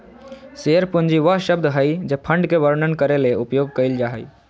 share पूंजी वह शब्द हइ जे फंड के वर्णन करे ले उपयोग कइल जा हइ